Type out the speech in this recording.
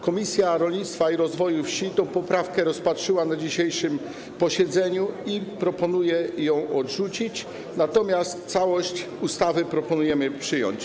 Komisja Rolnictwa i Rozwoju Wsi rozpatrzyła tę poprawkę na dzisiejszym posiedzeniu i proponuje ją odrzucić, natomiast całość ustawy proponujemy przyjąć.